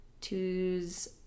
Two's